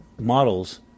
models